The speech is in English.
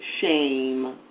shame